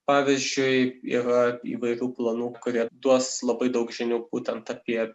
pavyzdžiui yra įvairių planų kurie duos labai daug žinių būtent apie